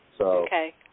Okay